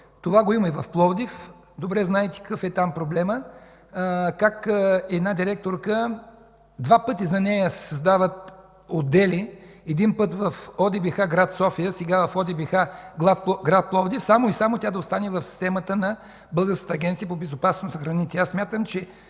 Това го има в Пловдив, добре знаете какъв е там проблемът, как за една директорка два пъти се създават отдели – един път в ОДБХ – град София, сега в ОДБХ – град Пловдив, само и само тя да остане в системата на Българската агенция по безопасност на храните.